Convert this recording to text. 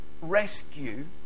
rescue